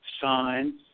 sign